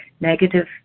negative